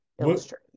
illustrate